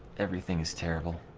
everything is terrible